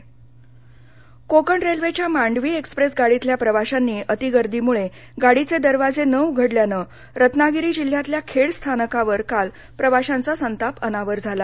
कोकणरेल्वे रत्नागिरी कोकणरेल्वेच्या मांडवी एक्स्प्रेस गाडीतल्या प्रवाशांनी अतिगर्दीमुळे गाडीचे दरवाजे न उघडल्यानं रत्नागिरी जिल्ह्यातल्या खेड स्थानकावर काल प्रवाशांचा संताप अनावर झाला